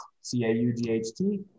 C-A-U-G-H-T